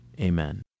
Amen